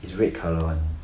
is red colour one